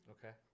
Okay